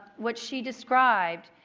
what she described